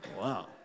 Wow